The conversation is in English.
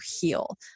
heal